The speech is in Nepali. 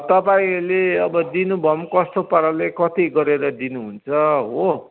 तपाईँले अब दिनु भए पनि कस्तो पाराले कति गरेर दिनुहुन्छ हो